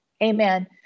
Amen